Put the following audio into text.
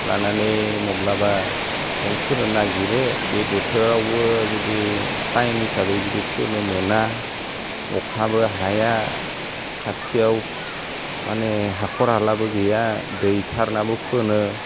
लानानै माब्लाबा जों फोनो नागिरो बे बोथोरावबो जुदि टाइम हिसाबै जुदि फोनो मोना अखाबो हाया खाथियाव माने हाखर हालाबो गैया दै सारनाबो फोनो